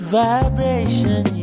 vibration